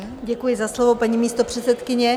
Děkuji za slovo, paní místopředsedkyně.